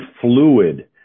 fluid